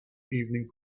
evening